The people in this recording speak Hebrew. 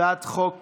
הצעת חוק